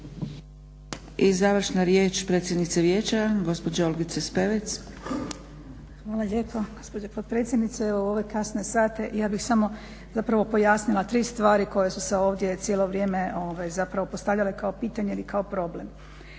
I završna riječ predsjednice vijeća, gospođa Olgica Spevec. **Spevec, Olgica** Hvala lijepa gospođo potpredsjednice. Evo, u ove kasne sate ja bih samo zapravo pojasnila tri stvari koje su se ovdje cijelo vrijeme zapravo postavljale kao pitanje ili kao problem.